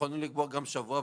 יכולנו לקבוע גם שבוע,